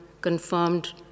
confirmed